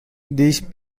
these